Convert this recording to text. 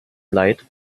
leid